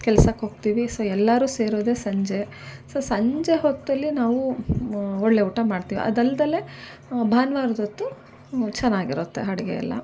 ಕೆಲ್ಸಕ್ಕೆ ಹೋಗ್ತೀವಿ ಸೊ ಎಲ್ಲರೂ ಸೇರೋದೆ ಸಂಜೆ ಸೊ ಸಂಜೆ ಹೊತ್ತಲ್ಲಿ ನಾವು ಒಳ್ಳೆಯ ಊಟ ಮಾಡ್ತೀವಿ ಅದಲ್ಲದೆಲೆ ಭಾನುವಾರದೊತ್ತು ಚೆನ್ನಾಗಿರುತ್ತೆ ಅಡುಗೆ ಎಲ್ಲ